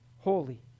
holy